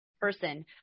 person